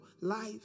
life